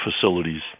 facilities